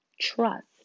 Trust